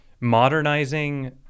modernizing